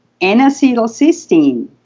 N-acetylcysteine